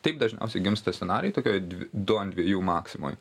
taip dažniausiai gimsta scenarijai tokioj dvi du ant dviejų maksimoj